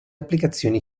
applicazioni